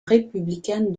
républicaine